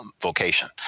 vocation